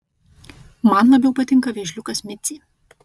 man labiau patinka vėžliukas micė